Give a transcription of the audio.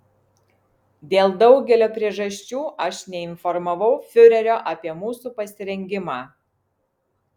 dėl daugelio priežasčių aš neinformavau fiurerio apie mūsų pasirengimą